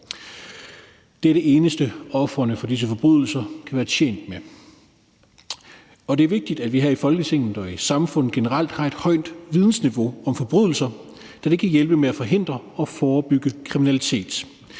Det er det eneste, ofrene for disse forbrydelser kan være tjent med. Det er vigtigt, at vi her i Folketinget og i samfundet generelt har et højt vidensniveau om forbrydelser, da det kan hjælpe med at forhindre og forebygge kriminalitet.